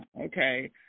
Okay